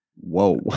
Whoa